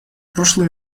прошлым